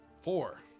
Four